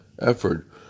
effort